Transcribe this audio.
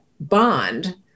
bond